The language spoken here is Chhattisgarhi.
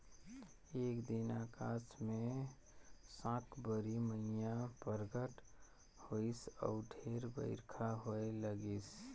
एक दिन अकास मे साकंबरी मईया परगट होईस अउ ढेरे बईरखा होए लगिस